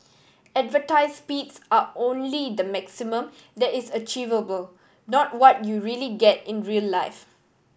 advertise speeds are only the maximum that is achievable not what you really get in real life